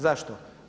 Zašto?